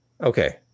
Okay